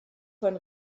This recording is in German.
von